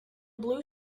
blue